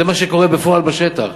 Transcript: זה מה שקורה בפועל בשטח.